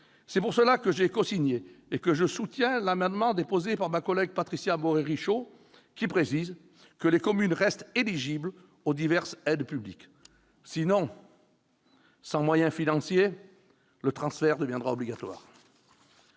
C'est pourquoi j'ai signé et je soutiens l'amendement n° 23 rectifié, déposé par ma collègue Patricia Morhet-Richaud, qui vise à préciser que les communes restent éligibles aux diverses aides publiques. Sinon, sans moyens financiers, le transfert deviendra obligatoire.